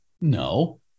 No